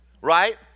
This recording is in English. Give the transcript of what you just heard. Right